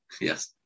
Yes